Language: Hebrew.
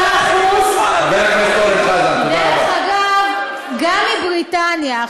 88%. דרך אגב, גם מבריטניה.